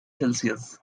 celsius